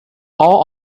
all